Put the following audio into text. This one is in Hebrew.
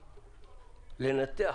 לנתח,